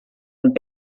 und